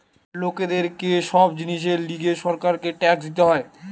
লোকদের কে সব জিনিসের লিগে সরকারকে ট্যাক্স দিতে হয়